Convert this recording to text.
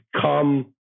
come